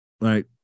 right